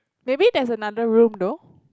maybe there's another room though